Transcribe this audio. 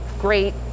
great